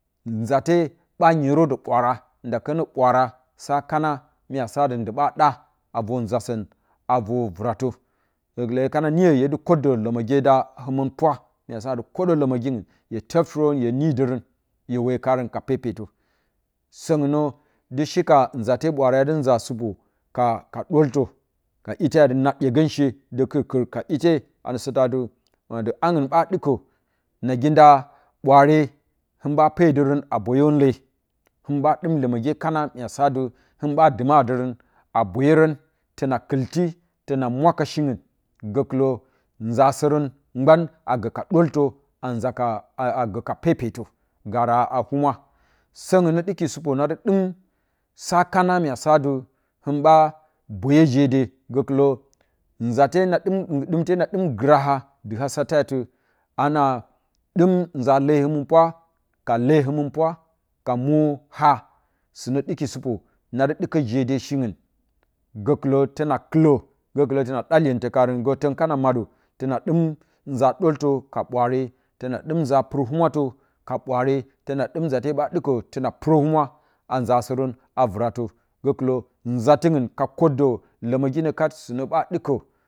Nzate ɓa nyerə də ɓwaara nda kənə ɓwaara sa kana mya satɨ ndɨ ɓa ɗa a vor nzasən a vor vratə gəkɨlə hye kana niyə hye dɨ kəddə ləməge da həmɨn pwa. myasadɨ kədə ləməgiungu hye toftɨrən hye midərən hye woyə karən ka pepetə soungnə dɨ shi ka uzate ɓwaare dɨ nza supo ka ka doltə ka ite a ti na dyegənshe kɨrkɨr ka ite anəsatati angu ɓa ɗɨkə naginda ɓwaare hɨn ɓa pedərən a boyərən le hin ɓa dɨm lemə məge kana mya sadɨ hin ɓa dɨmadərən a boyərən təna kɨlti təna mwaka shiunga gəkɨlə nza sərən gban agə ka ɗəltə anza ka aa gəka pepetə gara a humwa səunenə ɗɨki supə nadɨ dɨm sa kana mya sadɨ hin ɓa boyə je de gəkilə nzate na dɨm un dɨmte na dɨm graha dɨ ha sateatɨ ana dɨm nza le həmɨn pwa kale həmɨnpwa lea mwo na sinə dɨki supə na dɨ dɨkə jede shingu gəkɨlə təna kɨlə gəkɨlə təna da iyentə ka rən gə tən kana maɗə təna ɗim nza dəltə ka bware təna dɨm uza purə humwatə ka ɓwaare təna dɨm nzate ba ɗɨka təna purəhumwa anzasərən a vrabə gəkɨlə nzatiunga ka vəddə ləmə gi nə kat sinə ba dɨkə